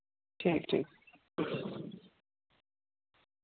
ठीक ऐ ठीक